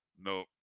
No